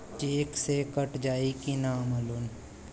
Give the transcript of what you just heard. Check से कट जाई की ना हमार लोन?